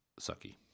sucky